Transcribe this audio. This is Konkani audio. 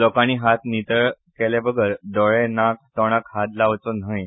लोकांनी हात नितळ केले बगर दोळे नाक तोंडाक हात लावचो न्हय